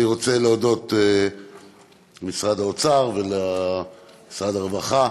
אני רוצה להודות למשרד האוצר ולמשרד הרווחה,